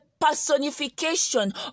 personification